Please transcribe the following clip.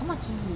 how much is it